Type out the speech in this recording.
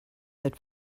that